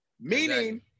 Meaning